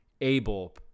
able